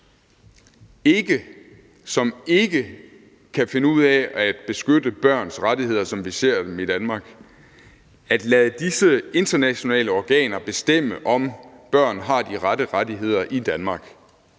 som ikke kan finde ud af at beskytte børns rettigheder, som vi ser dem i Danmark, bestemme, om børn har de rette rettigheder i Danmark,